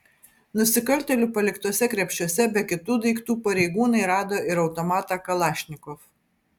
nusikaltėlių paliktuose krepšiuose be kitų daiktų pareigūnai rado ir automatą kalašnikov